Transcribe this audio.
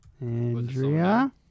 Andrea